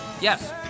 Yes